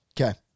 Okay